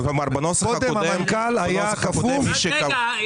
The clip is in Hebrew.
בנוסח הקודם --- קודם המנכ"ל היה כפוף --- רק רגע,